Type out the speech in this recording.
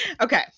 Okay